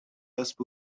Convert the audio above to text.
کسب